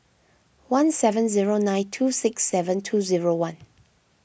one seven zero nine two six seven two zero one